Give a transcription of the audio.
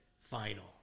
final